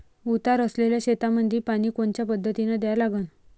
उतार असलेल्या शेतामंदी पानी कोनच्या पद्धतीने द्या लागन?